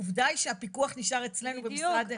העובדה היא שהפיקוח נשאר אצלנו במשרד הכלכלה.